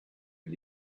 and